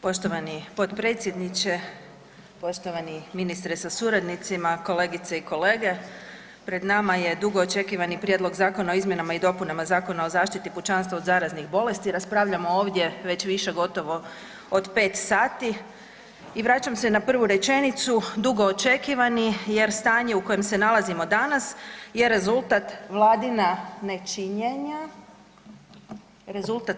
Poštovani potpredsjedniče, poštovani ministre sa suradnicima, kolegice i kolege, pred nama je dugo očekivani Prijedlog Zakona o izmjenama i dopunama Zakona o zaštiti pučanstva od zaraznih bolesti, raspravljamo ovdje već više gotovo od 5 sati i vraćam se na prvu rečenicu, dugo očekivani jer stanje u kojem se nalazimo danas je rezultat